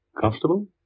comfortable